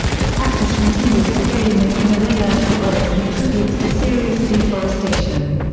the practice continues today in the himalaya, where it contributes to serious deforestation.